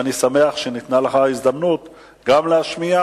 ואני שמח שניתנה לך ההזדמנות להשמיע,